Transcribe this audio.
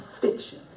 fiction